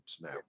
now